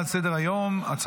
22 בעד, שני נוכחים.